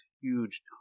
huge